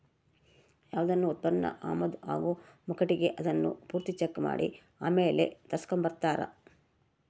ಯಾವ್ದನ ಉತ್ಪನ್ನ ಆಮದು ಆಗೋ ಮುಂಕಟಿಗೆ ಅದುನ್ನ ಪೂರ್ತಿ ಚೆಕ್ ಮಾಡಿ ಆಮೇಲ್ ತರಿಸ್ಕೆಂಬ್ತಾರ